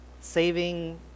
Saving